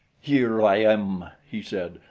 here i am, he said.